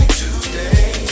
today